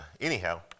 Anyhow